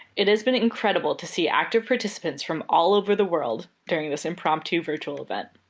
it has been incredible to see active participants from all over the world during this impromptu virtual event.